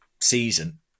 season